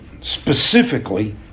specifically